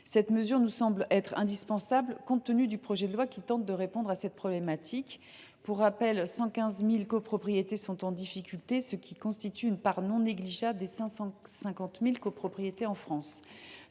Cette mesure nous semble indispensable, d’autant que ce projet de loi vise justement à répondre à cette problématique. Pour rappel, 115 000 copropriétés sont en difficulté, ce qui constitue une part non négligeable des 550 000 copropriétés de notre